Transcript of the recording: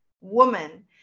woman